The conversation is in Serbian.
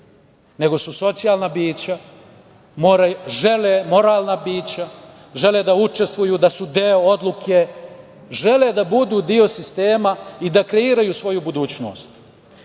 nego su socijalna bića, moralna bića, žele da učestvuju, da su deo odluke, žele da budu deo sistema i da kreiraju svoju budućnost. Završiću